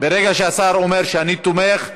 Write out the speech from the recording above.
ברגע שהשר אומר "אני תומך",